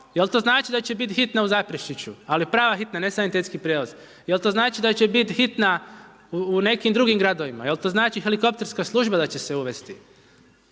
jel to znači da će biti hitne u Zaprešiću? Ali prave hitne, ne sanitetski prijevoz. Je li to znači da će biti hitna u nekim drugim gradovima? Je li to znači helikopterska služba da će se uvesti?